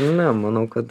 ne manau kad